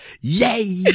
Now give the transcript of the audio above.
yay